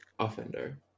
offender